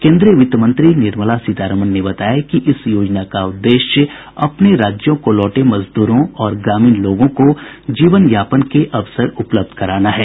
केन्द्रीय वित्त मंत्री निर्मला सीतारमन ने बताया कि इस योजना का उद्देश्य अपने राज्यों को लौटे मजदूरों और ग्रामीण लोगों को जीवनयापन के अवसर उपलब्ध कराना है